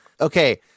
okay